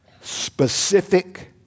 specific